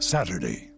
Saturday